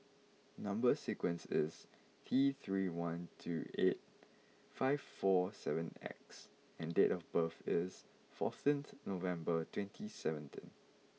number sequence is T three one two eight five four seven X and date of birth is fourteenth November twenty seventeen